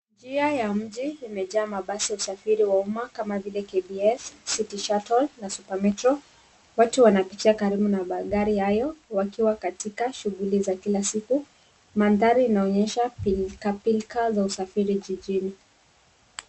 Njia ya mji imejaa mabasi ya usafiri wa umma kama vile KBS , City shuttle na Supermetro. Watu wanapitia karibu na magari hayo wakiwa katika shughuli za kila siku. Mandhari inaonyesha pilkapilka za usafiri jijijni.